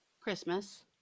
christmas